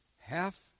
half